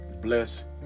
bless